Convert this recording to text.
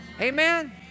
Amen